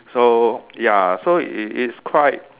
so ya so it it's quite